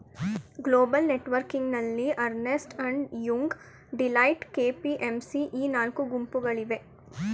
global ನೆಟ್ವರ್ಕಿಂಗ್ನಲ್ಲಿ Ernst and Young, Deloitte, KPMG ಈ ನಾಲ್ಕು ಗುಂಪುಗಳಿವೆ